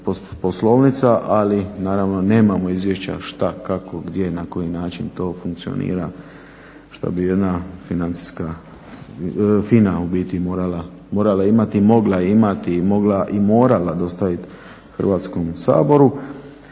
poslovnica, ali naravno nemamo izvješća šta, kako, gdje, na koji način to funkcionira što bi jedna financijska, FINA u biti morala imati i mogla imati i morala dostaviti Hrvatskom saboru.